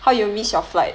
how you miss your flight